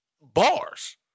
bars